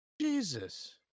Jesus